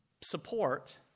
support